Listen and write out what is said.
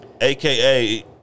AKA